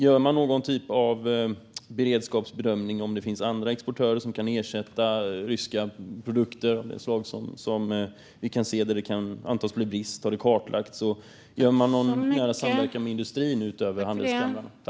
Gör man någon typ av beredskapsbedömning av om det finns andra exportörer som kan ersätta ryska produkter av det slag där det kan antas bli brist? Har detta kartlagts? Har man någon nära samverkan med industrin utöver handelskamrarna?